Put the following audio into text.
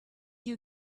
you